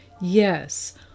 Yes